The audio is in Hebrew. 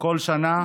כל שנה